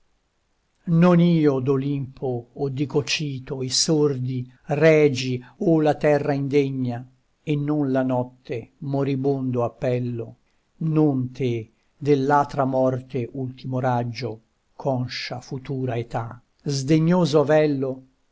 non io d'olimpo o di cocito i sordi regi o la terra indegna e non la notte moribondo appello non te dell'atra morte ultimo raggio conscia futura età sdegnoso avello